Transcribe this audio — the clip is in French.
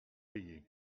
payer